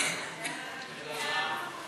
סעיפים